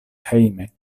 hejme